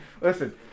Listen